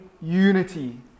unity